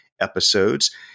episodes